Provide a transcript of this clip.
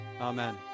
amen